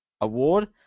Award